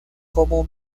como